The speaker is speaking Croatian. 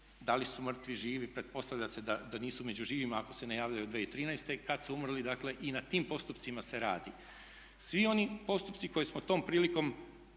da li su mrtvi, živi, pretpostavlja se da nisu među živima ako se ne javljaju od 2013., kad su umrli. I dakle i na tim postupcima se radi. Svi oni postupci koje smo tom prilikom